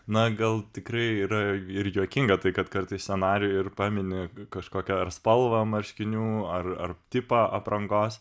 na gal tikrai yra ir juokinga tai kad kartais scenarijuj ir pamini kažkokią ar spalvą marškinių ar ar tipą aprangos